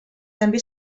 també